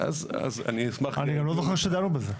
אני גם לא זוכר שדנו בזה.